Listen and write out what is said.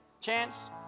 chance